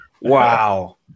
Wow